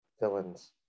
villains